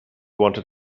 wanted